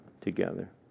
together